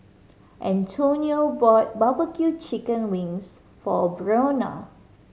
Antonio bought barbecue chicken wings for Breonna